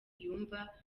yumva